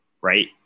right